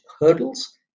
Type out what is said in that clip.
hurdles